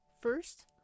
First